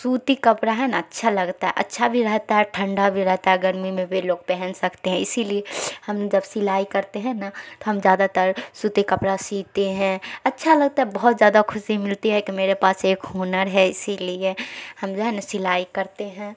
سوتی کپڑا ہے نا اچھا لگتا ہے اچھا بھی رہتا ہے ٹھنڈا بھی رہتا ہے گرمی میں بھی لوگ پہن سکتے ہیں اسی لیے ہم جب سلائی کرتے ہیں نا تو ہم زیادہ تر سوتی کپڑا سیتے ہیں اچھا لگتا ہے بہت زیادہ خوشی ملتی ہے کہ میرے پاس ایک ہنر ہے اسی لیے ہم جو ہے نا سلائی کرتے ہیں